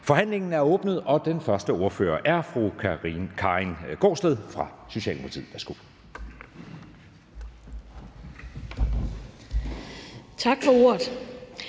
Forhandlingen er åbnet, og den første ordfører er fru Karin Gaardsted fra Socialdemokratiet.